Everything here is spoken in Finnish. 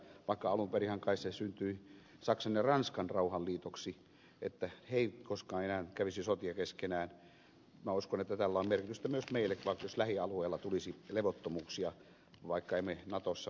vaikka alun perinhän kai se syntyi saksan ja ranskan rauhanliitoksi että ne eivät koskaan enää kävisi sotia keskenään niin minä uskon että tällä on merkitystä myös meille jos lähialueella tulisi levottomuuksia vaikka emme natossa olisikaan